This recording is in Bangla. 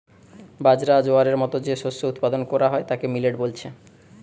বাজরা, জোয়ারের মতো যে শস্য উৎপাদন কোরা হয় তাকে মিলেট বলছে